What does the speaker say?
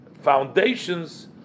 foundations